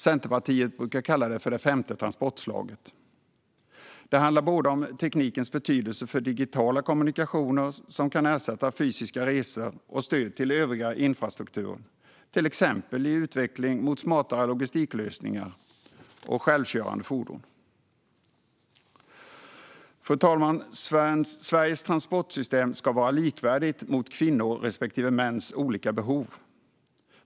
Centerpartiet brukar kalla det för det femte transportslaget. Det handlar både om teknikens betydelse för digitala kommunikationer som kan ersätta fysiska resor och om stöd till övrig infrastruktur, till exempel i utvecklingen mot smartare logistiklösningar och självkörande fordon. Fru talman! Sveriges transportsystem ska vara likvärdigt vad gäller kvinnors respektive mäns olika behov.